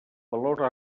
valor